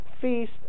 feast